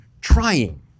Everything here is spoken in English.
trying